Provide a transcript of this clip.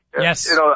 Yes